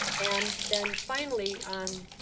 and then finally on